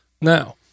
now